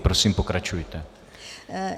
Prosím pokračujte.